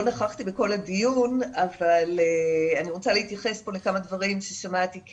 לא נכחתי בכל הדיון אבל אני רוצה להתייחס לכמה דברים ששמעתי.